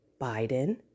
Biden